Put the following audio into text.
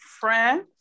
friends